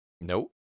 Nope